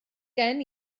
gen